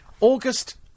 August